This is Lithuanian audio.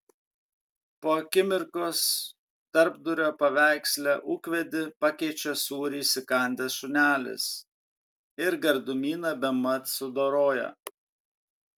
po akimirkos tarpdurio paveiksle ūkvedį pakeičia sūrį įsikandęs šunelis ir gardumyną bemat sudoroja